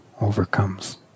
overcomes